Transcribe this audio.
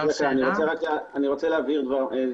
אני רוצה להבהיר דבר אחד: